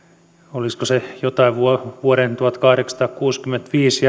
olisiko se jotain vuoden vuoden tuhatkahdeksansataakuusikymmentäviisi